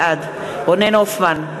בעד רונן הופמן,